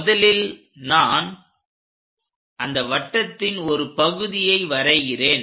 முதலில் நான் அந்த வட்டத்தின் ஒரு பகுதியை வரைகிறேன்